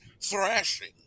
thrashing